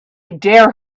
dare